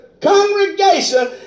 congregation